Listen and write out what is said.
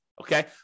Okay